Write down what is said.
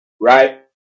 right